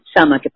Sama